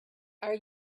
are